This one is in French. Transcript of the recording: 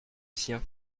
sien